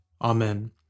Amen